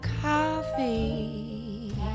coffee